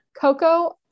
Coco